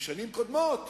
ובשנים קודמות,